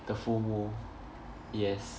the FOMO yes